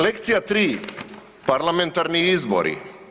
Lekcija 3, parlamentarni izbori.